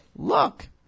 Look